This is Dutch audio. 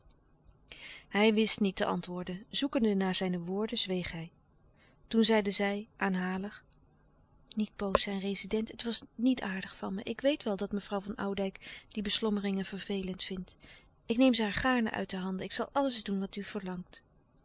hij wist niet te antwoorden zoekende naar zijne woorden zweeg hij toen zeide zij aanhalig niet boos zijn rezident het was niet aardig van me ik weet wel dat mevrouw van oudijck die beslommeringen vervelend vindt ik neem ze haar gaarne uit de handen ik zal alles doen wat u verlangt